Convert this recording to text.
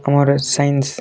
ଆମର ସାଇନ୍ସ